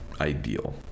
ideal